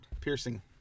Piercing